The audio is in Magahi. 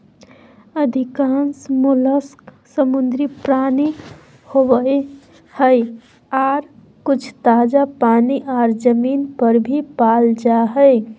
अधिकांश मोलस्क समुद्री प्राणी होवई हई, आर कुछ ताजा पानी आर जमीन पर भी पाल जा हई